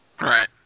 Right